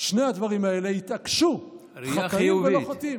שני הדברים האלה, התעקשו, חטאים ולא חוטאים.